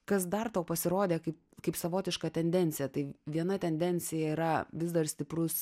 kas dar tau pasirodė kaip kaip savotiška tendencija tai viena tendencija yra vis dar stiprus